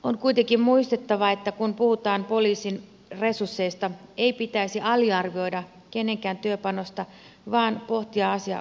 on kuitenkin muistettava että kun puhutaan poliisin resursseista ei pitäisi aliarvioida kenenkään työpanosta vaan pohtia asiaa kokonaisuutena